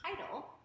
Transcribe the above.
title